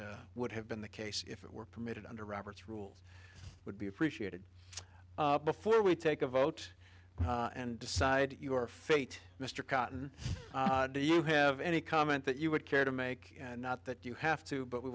that would have been the case if it were permitted under robert's rules would be appreciated before we take a vote and decide your fate mr cotton do you have any comment that you would care to make not that you have to but we